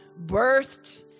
birthed